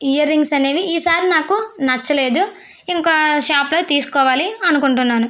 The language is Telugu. ఇయర్ రింగ్స్ అనేవి ఈసారి నాకు నచ్చలేదు ఇంకో షాప్లో తీసుకోవాలి అనుకుంటున్నాను